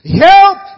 Help